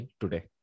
today